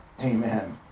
Amen